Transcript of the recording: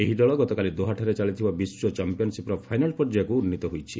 ଏହି ଦଳ ଗତକାଲି ଦୋହାଠାରେ ଚାଲିଥିବା ବିଶ୍ୱ ଚାମ୍ପିୟନ୍ସିପ୍ର ଫାଇନାଲ୍ ପର୍ଯ୍ୟାୟକୁ ଉନ୍ନୀତ ହୋଇଛି